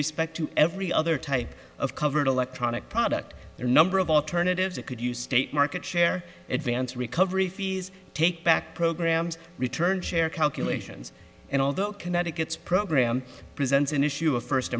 respect to every other type of covered electronic product or number of alternatives that could use state market share advance recovery fees take back programs return share calculations and although connecticut's program presents an issue of first